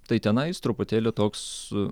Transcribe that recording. tai tenais truputėlį toks a